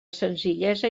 senzillesa